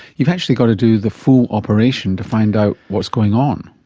you've actually got to do the full operation to find out what's going on.